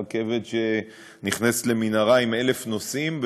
זן רכבת שנכנסת למנהרה עם 1,000 נוסעים,